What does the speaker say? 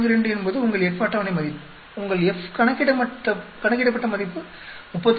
42 என்பது உங்கள் F அட்டவணை மதிப்பு உங்கள் F கணக்கிடப்பட்ட மதிப்பு 36